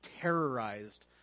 terrorized